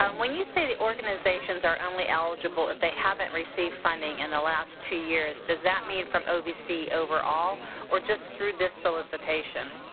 um when you say the organizations are only eligible if they haven't received funding in the last two years, does that mean from ovc overall or just through this solicitation?